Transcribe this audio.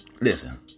Listen